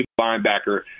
linebacker